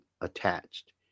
attached